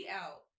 out